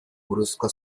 buruzko